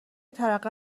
ترقه